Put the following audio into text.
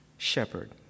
Shepherd